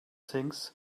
things